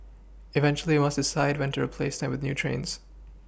eventually we must decide when to replace them with new trains